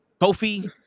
Kofi